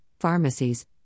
pharmacies